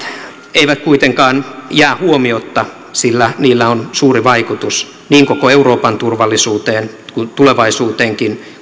eivät kuitenkaan jää huomiotta sillä niillä on suuri vaikutus niin koko euroopan turvallisuuteen kuin tulevaisuuteenkin